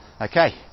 Okay